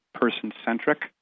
person-centric